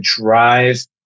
drive